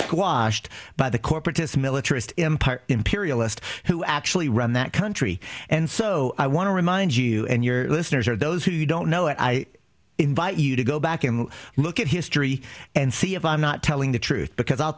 squashed by the corporatists militarist empire imperialist who actually run that country and so i want to remind you and your listeners or those who don't know i invite you to go back and look at history and see if i'm not telling the truth because i'll